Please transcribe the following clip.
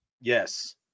Yes